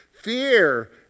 Fear